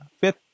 fifth